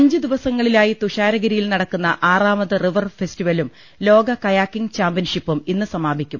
അഞ്ച് ദിവസങ്ങളിലായി തുഷാരഗിരിയിൽ നടക്കുന്ന ആറാ മത് റിവർ ഫെസ്റ്റിവലും ലോക കയാക്കിംഗ് ചാമ്പ്യൻഷിപ്പും ഇന്ന് സമാപിക്കും